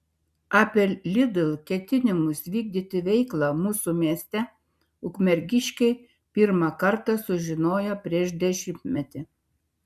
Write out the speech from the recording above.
apie lidl ketinimus vykdyti veiklą mūsų mieste ukmergiškiai pirmą kartą sužinojo prieš dešimtmetį